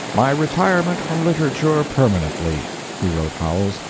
my retirement from literature permanently, he wrote howells,